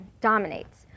dominates